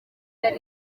imana